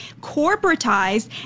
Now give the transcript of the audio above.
corporatized